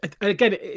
again